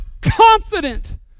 confident